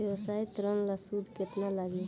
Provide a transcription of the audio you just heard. व्यवसाय ऋण ला सूद केतना लागी?